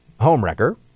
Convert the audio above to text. homewrecker